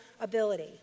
ability